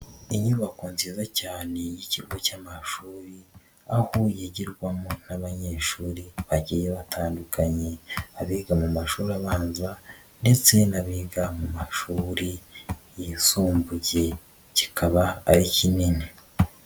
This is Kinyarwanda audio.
Inyubako nziza cyane y'ikigo cy'amashuri aho yigirwamo n'abanyeshuri bagiye batandukanye, abiga mu mashuri abanza ndetse n'abiga mu mashuri yisumbuye, kikaba ari kinini.